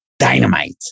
dynamite